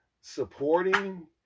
supporting